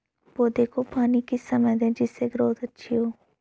पौधे को पानी किस समय दें जिससे ग्रोथ अच्छी हो?